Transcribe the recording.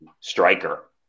striker